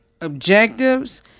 objectives